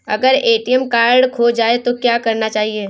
अगर ATM card खो जाए तो क्या करना चाहिए?